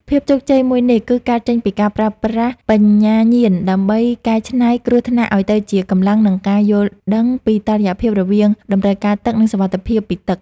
ភាពជោគជ័យមួយនេះ គឺកើតចេញពីការប្រើប្រាស់បញ្ញាញាណដើម្បីកែច្នៃ គ្រោះថ្នាក់ឱ្យទៅជាកម្លាំង និងការយល់ដឹងពីតុល្យភាពរវាងតម្រូវការទឹក និងសុវត្ថិភាពពីទឹក។